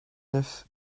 neuf